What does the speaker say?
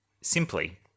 simply